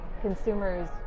consumers